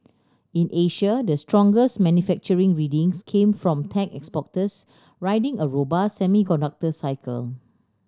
in Asia the strongest manufacturing readings came from tech exporters riding a robust semiconductor cycle